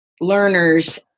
learners